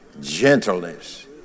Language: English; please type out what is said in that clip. gentleness